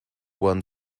one